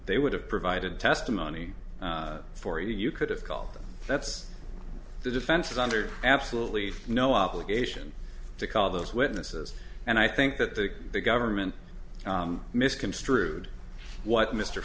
they would have provided testimony for you you could have called that's the defense under absolutely no obligation to call those witnesses and i think that the government misconstrued what mr